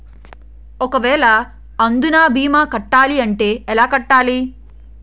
ఒక వేల అందునా భీమా కట్టాలి అంటే ఎలా కట్టాలి?